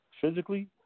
physically